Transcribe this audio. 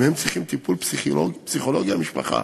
אם הם צריכים טיפול פסיכולוגי, המשפחה,